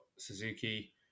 Suzuki